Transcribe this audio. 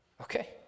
Okay